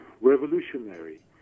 revolutionary